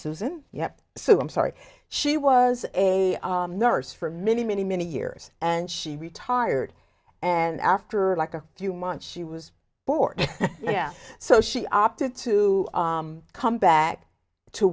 have so i'm sorry she was a nurse for many many many years and she retired and after like a few months she was bored yeah so she opted to come back to